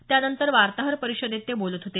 त्यानंतर वार्ताहर परिषदेत ते बोलत होते